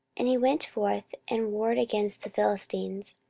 and he went forth and warred against the philistines,